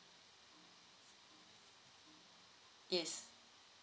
yes